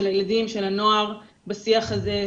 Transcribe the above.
של הילדים בשיח הזה.